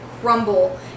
crumble